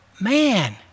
man